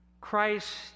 Christ